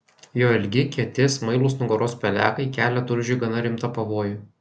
jo ilgi kieti smailūs nugaros pelekai kelia tulžiui gana rimtą pavojų